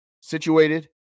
situated